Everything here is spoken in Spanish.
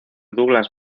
douglas